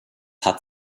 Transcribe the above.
hat